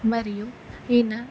మరియు ఈయన